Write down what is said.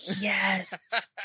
Yes